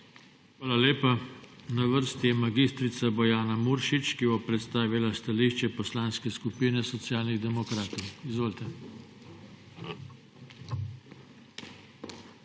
Hvala lepa. Na vrsti je mag. Marko Koprivc, ki bo predstavil stališče Poslanske skupine Socialnih demokratov. Izvolite,